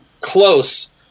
close